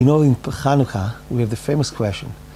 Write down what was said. you know in בחנוכה we have the famous question